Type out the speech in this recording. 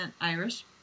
Irish